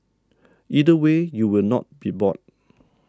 either way you will not be bored